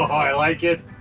i like it.